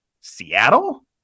Seattle